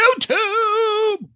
YouTube